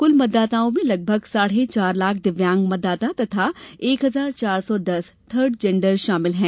कुल मतदाताओं में लगभग साढ़े चार लाख दिव्यांग मतदाता तथा एक हजार चार सौ दस थर्ड जेण्डर शामिल हैं